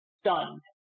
stunned